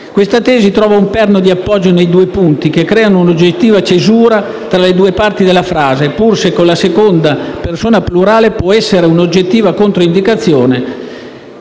Questa tesi trova un perno di appoggio nei due punti, che creano un'oggettiva cesura tra le due parti della frase, pur se la seconda persona plurale può essere un'oggettiva controindicazione